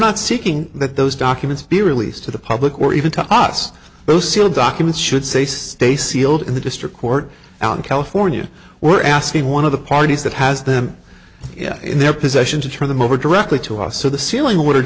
not seeking that those documents be released to the public or even to us those sealed documents should say stay sealed in the district court out in california we're asking one of the parties that has them yet in their possession to turn them over directly to us so the ceiling